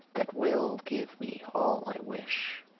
that will give me all i wish.